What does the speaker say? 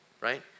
right